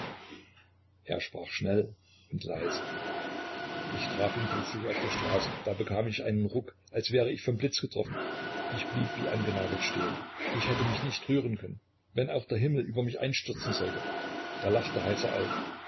er sprach schnell und leise ich traf ihn plötzlich auf der straße da bekam ich einen ruck als wär ich vom blitz getroffen ich blieb wie angenagelt stehen ich hätte mich nicht rühren können wenn auch der himmel über mich einstürzen sollte er lachte heiser auf